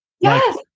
Yes